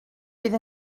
bydd